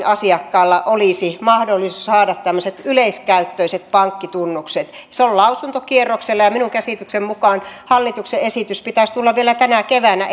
asiakkaalla olisi mahdollisuus saada tämmöiset yleiskäyttöiset pankkitunnukset se on lausuntokierroksella ja minun käsitykseni mukaan hallituksen esityksen pitäisi tulla vielä tänä keväänä